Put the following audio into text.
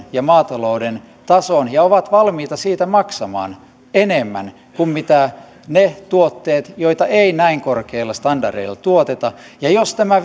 ja maatalouden tason ja ovat valmiita siitä maksamaan enemmän kuin mitä maksavat ne tuotteet joita ei näin korkeilla standardeilla tuoteta ja jos tämä